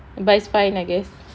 but it's fine I guess